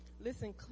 listen